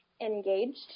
engaged